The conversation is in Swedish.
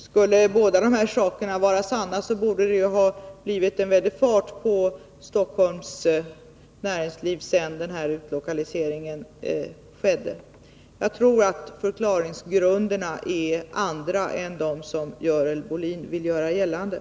Skulle båda påståendena vara sanna borde det ha blivit en väldig fart på Stockholms näringsliv efter utlokaliseringen. Jag tror att förklaringsgrunderna är andra än de som Görel Bohlin vill göra gällande.